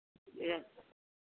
yes